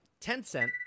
Tencent